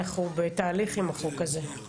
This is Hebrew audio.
אנחנו בתהליך עם החוק הזה.